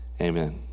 Amen